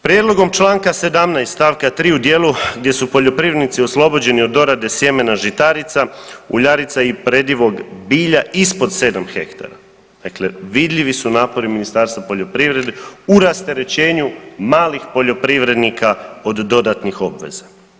Prijedlogom čl. 17. st. 3. u dijelu gdje su poljoprivrednici oslobođeni od dorade sjemena žitarica, uljarica i predivog bilja ispod 7 hektara, dakle vidljivi su napori Ministarstva poljoprivrede u rasterećenju malih poljoprivrednika od dodatnih obveza.